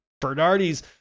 Bernardi's